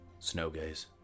Snowgaze